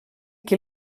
qui